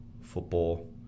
football